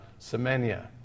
Semenya